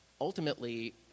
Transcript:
ultimately